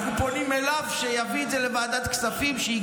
אנחנו פונים אליו שיביא את זה לוועדת הכספים כדי שזה,